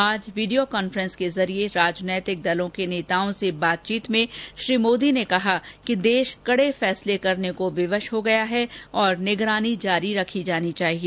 आज video conference के जरिये राजनीतिक दलों के नेताओं से बातचीत में श्री मोदी ने कहा कि देश कड़े फैसले करने को विवश हो गया है और निगरानी जारी रखनी जानी चाहिए